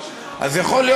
אז יכול להיות,